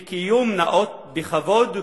לקיום נאות בכבוד,